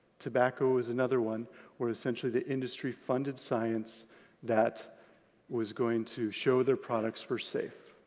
tobacco is another one where essentially the industry funded science that was going to show their products were safe.